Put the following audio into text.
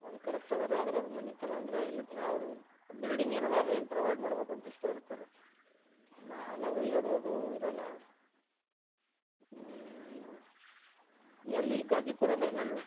ಅದು ಕರೆಕ್ಟ್ ಅದ ರೀ ಆದ್ರೆ ಅದು ಮನೆ ತನಕ ಅಂದ್ರೆ ಎಲ್ಲಿ ತನಕ ಅವ್ರ ಬಿಲ್ಡಿಂಗ್ ಏನದ ಅಲ್ಲಿ ಒಯ್ದು ಪ್ರೊವೈಡ್ ಮಾಡ್ಬೇಕಂತ ಇಷ್ಟೇ ಇರುತ್ತೆ ರೀ ಮ್ಯಾಲೆ ಒಯ್ಯೋದು ಅದು ಇರಲ್ಲ ಎಲ್ಲಿ ಗಾಜಿಪುರದಲ್ಲೇನು